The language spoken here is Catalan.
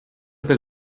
del